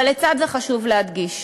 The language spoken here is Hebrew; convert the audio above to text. אבל לצד זה חשוב להדגיש